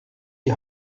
die